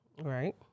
Right